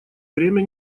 время